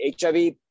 HIV